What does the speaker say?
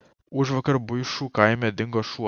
užvakar buišų kaime dingo šuo